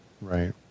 right